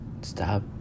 Stop